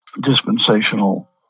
Dispensational